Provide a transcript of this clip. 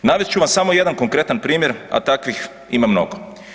Navest ću vam samo jedan konkretan primjer, a takvih ima mnogo.